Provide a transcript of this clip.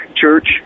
church